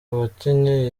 wakinnye